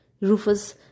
Rufus